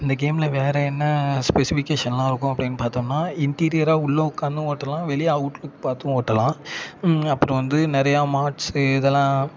இந்த கேமில் வேறு என்ன ஸ்பெசிஃபிக்கேசன்லாம் இருக்கும் அப்படின்னு பாத்தோம்னா இன்டீரியராக உள்ளே உட்காந்தும் ஓட்டலாம் வெளியே அவுட்லுக் பார்த்தும் ஓட்டலாம் அப்புறம் வந்து நிறையா மார்ட்ஸு இதெல்லாம்